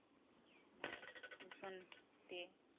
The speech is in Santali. ᱫᱩᱥᱚᱱ ᱛᱮ